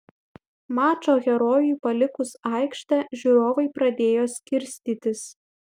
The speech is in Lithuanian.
mačo herojui palikus aikštę žiūrovai pradėjo skirstytis